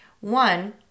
One